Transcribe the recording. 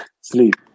sleep